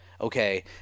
Okay